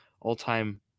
all-time